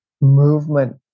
movement